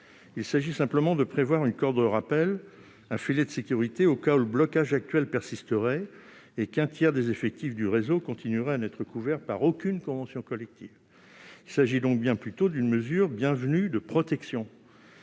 Il s'agit simplement de prévoir une corde de rappel, un filet de sécurité, au cas où le blocage actuel persisterait et où un tiers des effectifs du réseau continuerait à n'être couvert par aucune convention collective. Il s'agit donc bien plutôt d'une mesure bienvenue de protection.